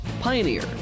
Pioneer